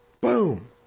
boom